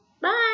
bye